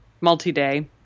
multi-day